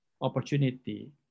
opportunity